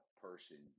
person